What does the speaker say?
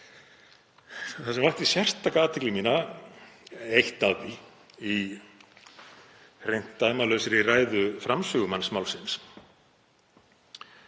Það sem vakti sérstaka athygli mína, eitt af því, í hreint dæmalausri ræðu framsögumanns málsins,